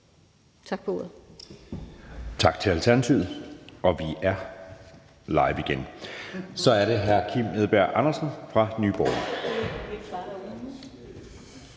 (Jeppe Søe): Tak til Alternativet. Og vi er live igen. Så er det hr. Kim Edberg Andersen fra Nye